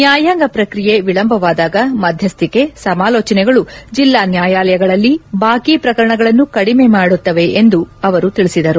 ನ್ಯಾಯಾಂಗ ಪ್ರಕ್ರಿಯೆ ವಿಳಂಬವಾದಾಗ ಮಧ್ದಸ್ಥಿಕೆ ಸಮಾಲೋಚನೆಗಳು ಜೆಲ್ಲಾ ನ್ಯಾಯಾಲಯಗಳಲ್ಲಿ ಬಾಕಿ ಇರುವ ಪ್ರಕರಣಗಳನ್ನು ಕಡಿಮೆ ಮಾಡುತ್ತವೆ ಎಂದು ಅವರು ತಿಳಿಸಿದರು